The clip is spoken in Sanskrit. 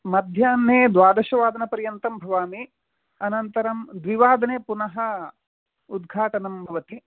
मध्याह्ने द्वादशवादनपर्यन्तं भवामि अनन्तररं द्विवादने पुनः उद्घाटनं भवति